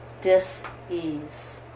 Dis-ease